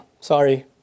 Sorry